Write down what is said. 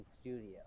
studio